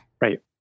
Right